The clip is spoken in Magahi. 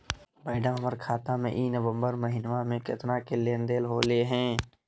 मैडम, हमर खाता में ई नवंबर महीनमा में केतना के लेन देन होले है